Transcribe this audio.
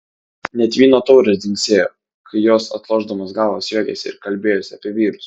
net vyno taurės dzingsėjo kai jos atlošdamos galvas juokėsi ir kalbėjosi apie vyrus